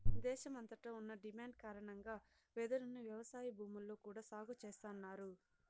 దేశమంతట ఉన్న డిమాండ్ కారణంగా వెదురును వ్యవసాయ భూముల్లో కూడా సాగు చేస్తన్నారు